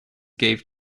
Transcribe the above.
gave